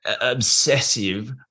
obsessive